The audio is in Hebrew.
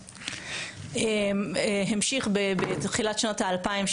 המשיך בתחילת שנות האלפיים,